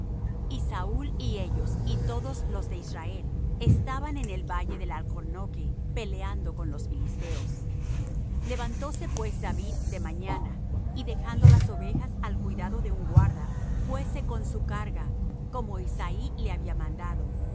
y saúl y ellos y todos lo de israel estaban en el valle del alcornoque peleando con los filisteos levantóse pues david de mañana y dejando las ovejas al cuidado de un guarda fuése con su carga como isaí le había mandado y